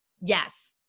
Yes